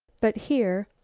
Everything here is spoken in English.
but here,